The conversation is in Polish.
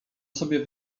sobie